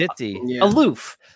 aloof